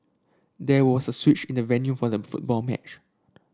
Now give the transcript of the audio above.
there was a switch in the venue for the football match